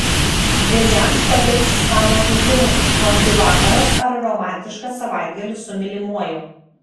vėžiams patiks stalo žaidimai fondiu vakaras ar romantiškas savaitgalis su mylimuoju